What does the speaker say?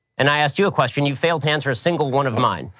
and i asked you a question, you failed to answer a single one of mine.